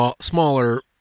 smaller